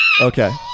Okay